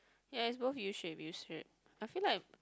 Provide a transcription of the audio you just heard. ya is both U shape U shape I feel like